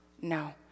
No